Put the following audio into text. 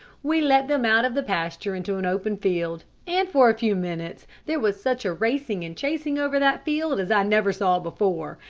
we let them out of the pasture into an open field, and for a few minutes there was such a racing and chasing over that field as i never saw before.